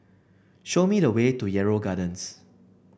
show me the way to Yarrow Gardens